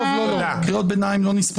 קריאות ביניים לא נספרות.